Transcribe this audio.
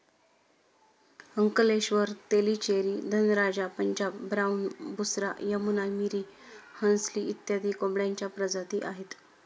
Ankleshwar, Tellicherry, Dhanraja, Punjab brown, Busra, Yamuna, Miri, Hansli इत्यादी कोंबड्यांच्या प्रजाती आहेत